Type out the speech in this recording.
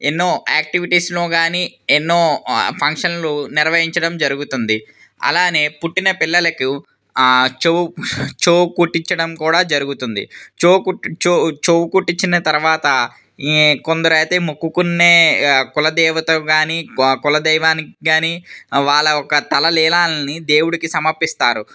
ఎన్నో ఆక్టివిటీస్లో కానీ ఎన్నో ఫంక్షన్లు నిర్వహించడం జరుగుతుంది అలానే పుట్టిన పిల్లలకు చెవి కుట్టించడం కూడా జరుగుతుంది చొవ్ చెవి కుట్టించిన తర్వాత కొందరైతే మొక్కుకునే కుల దేవత కానీ గో కుల దైవానికి కానీ వాళ్ళ యొక్క తలనీలాలని దేవునికి సమర్పిస్తారు